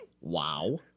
wow